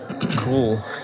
Cool